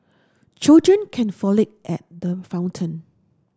children can frolic at the fountain